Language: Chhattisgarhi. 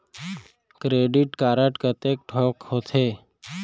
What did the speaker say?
क्रेडिट कारड कतेक ठोक होथे?